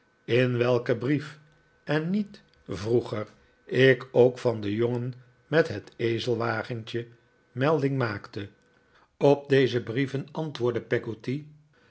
in welken brief en niet vroeger ik ook van den jongen met het ezelwagentje melding maakte op deze brieven antwoordde